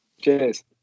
cheers